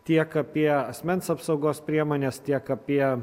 tiek apie asmens apsaugos priemones tiek apie